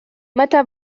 متى